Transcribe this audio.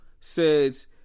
says